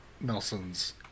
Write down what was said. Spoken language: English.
Nelson's